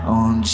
on